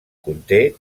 conté